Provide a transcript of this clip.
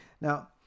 now